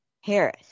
Harris